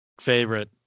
favorite